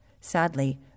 Sadly